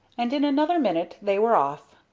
and in another minute they were off.